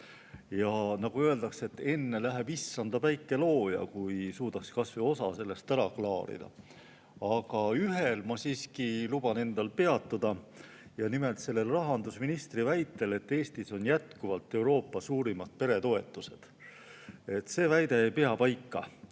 Ja nagu öeldakse, enne läheb issanda päike looja, kui me suudame kas või osa sellest ära klaarida. Aga ühel [väitel] ma siiski luban endal peatuda. Nimelt rahandusministri väitel, et Eestis on jätkuvalt Euroopa suurimad peretoetused. See väide ei pea paika.